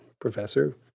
professor